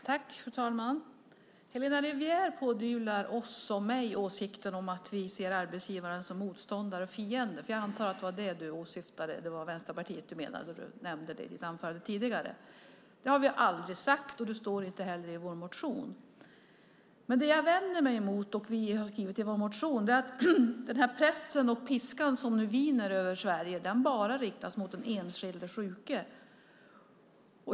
Fru talman! Helena Rivière pådyvlar oss och mig synen på arbetsgivaren som motståndare och fiende, för jag antar att det var Vänsterpartiet du menade när du nämnde det i ditt anförande tidigare. Det har vi aldrig sagt och det står inte heller i vår motion. Det som jag och vi som har skrivit vår motion vänder oss emot är att den piska som nu viner över Sverige bara riktas mot den enskilde sjuke.